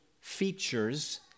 features